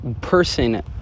person